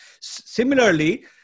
Similarly